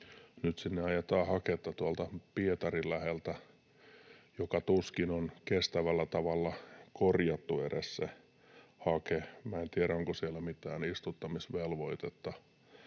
nyt sinne ajetaan haketta tuolta Pietarin läheltä, jota tuskin on edes kestävällä tavalla korjattu — en tiedä, onko siellä mitään istuttamisvelvoitetta